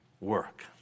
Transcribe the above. work